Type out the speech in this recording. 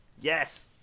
Yes